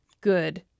Good